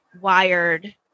wired